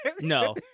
No